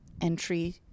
entry